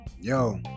yo